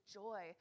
joy